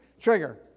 Trigger